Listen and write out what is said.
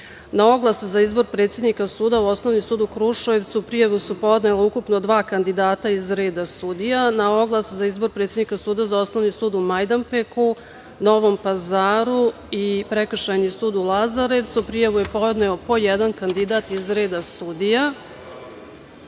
oglas za izbor predsednika suda u Osnovni sud u Kruševcu prijavu su podnela ukupno 2 kandidata iz reda sudija. Na oglas za izbor predsednika suda za Osnovni sud u Majdanpeku, Novom Pazar i Prekršajni sud u Lazarevcu prijavu je podneo po jedan kandidat iz reda sudija. Visoki